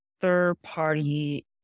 third-party